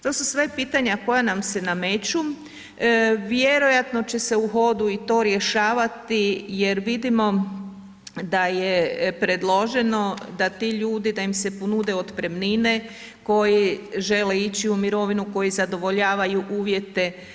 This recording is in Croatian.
To su sve pitanja koja nam se nameću, vjerojatno će se u hodu i to rješavati jer vidimo da je predloženo da ti ljudi da im se ponude otpremnine koji žele ići u mirovinu, koji zadovoljavaju uvjete.